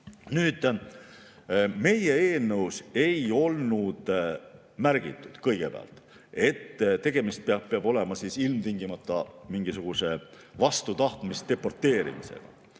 Nii. Meie eelnõus ei olnud märgitud, et tegemist peab olema ilmtingimata mingisuguse vastu tahtmist deporteerimisega.